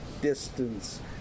distance